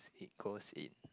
it goes in